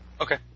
Okay